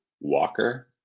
Walker